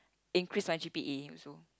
increase my G_P_A also